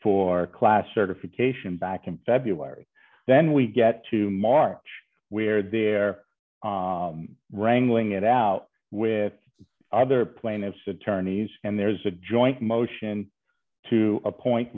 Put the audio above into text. a class certification back in february then we get to march where they're wrangling it out with other plaintiff's attorneys and there's a joint motion to appoint